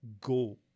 go